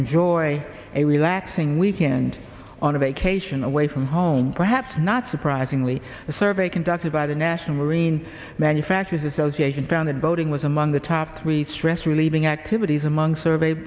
enjoy a relaxing weekend on a vacation away from home perhaps not surprisingly a survey conducted by the national marine manufacturers association found that boating was among the top three stress relieving activities among survey